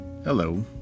Hello